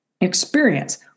experience